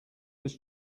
was